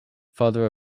father